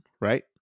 right